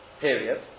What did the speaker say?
period